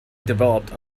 developed